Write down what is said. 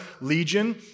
Legion